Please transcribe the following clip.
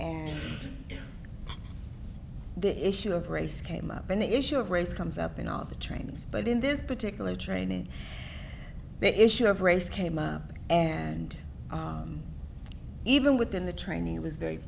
and the issue of race came up and the issue of race comes up in all of the trains but in this particular train in the issue of race came up and even within the training it was very